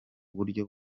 buryo